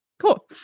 Cool